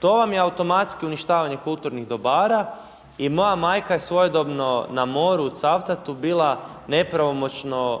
to vam je automatski uništavanje kulturnih dobara i moja majka je svojedobno na moru u Cavtatu bila nepravomoćno